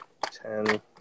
ten